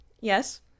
Yes